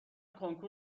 کنکور